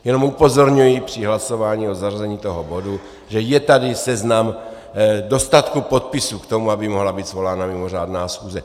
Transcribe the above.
Jenom upozorňuji při hlasování o zařazení toho bodu, že je tady seznam dostatku podpisů k tomu, aby mohla být svolána mimořádná schůze.